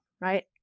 right